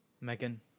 Megan